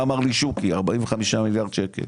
לכן,